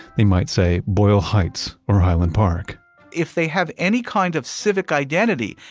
they might say boyle heights or highland park if they have any kind of civic identity,